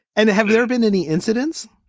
and have there been any incidents?